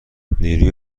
نیروی